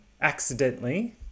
accidentally